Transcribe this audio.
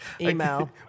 email